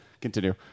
continue